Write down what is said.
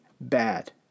bad